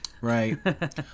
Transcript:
Right